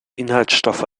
inhaltsstoffe